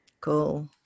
cool